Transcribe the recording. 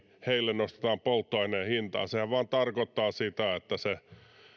nostetaan polttoaineen hintaa sehän vain tarkoittaa sitä että se